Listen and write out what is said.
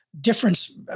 difference